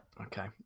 Okay